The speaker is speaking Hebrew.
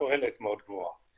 תועלת מאוד גבוהה.